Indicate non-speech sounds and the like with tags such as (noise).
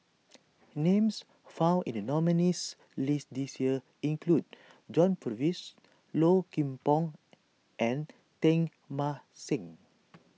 (noise) names found in the nominees' list this year include John Purvis Low Kim Pong and Teng Mah Seng (noise)